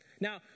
Now